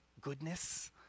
goodness